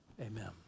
Amen